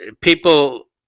people